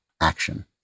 action